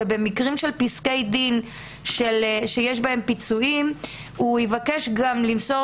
שבמקרים של פסקי דין שיש בהם פיצויים הוא יבקש גם למסור,